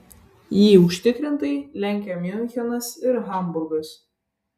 jį užtikrintai lenkia miunchenas ir hamburgas